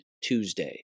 Tuesday